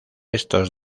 estos